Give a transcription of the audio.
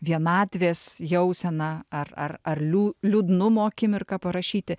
vienatvės jausena ar ar ar liū liūdnumo akimirką parašyti